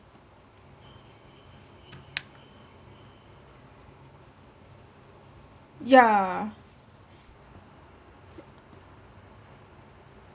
yeah